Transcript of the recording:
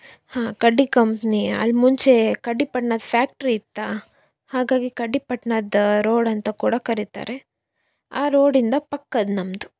ಹಾಂ ಕಡ್ಡಿ ಕಂಪ್ನಿ ಅಲ್ಲಿ ಮುಂಚೆ ಕಡ್ಡಿ ಪಟ್ಣದ ಫ್ಯಾಕ್ಟ್ರಿ ಇತ್ತು ಹಾಗಾಗಿ ಕಡ್ಡಿ ಪಟ್ನದ ರೋಡ್ ಅಂತ ಕೂಡ ಕರೀತಾರೆ ಆ ರೋಡಿಂದ ಪಕ್ಕದ ನಮ್ಮದು